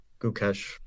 Gukesh